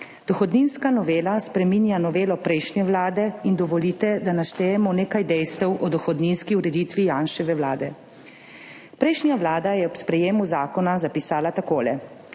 Dohodninska novela spreminja novelo prejšnje Vlade in dovolite, da naštejemo nekaj dejstev o dohodninski ureditvi Janševe vlade. Prejšnja vlada je ob sprejemu zakona zapisala tako: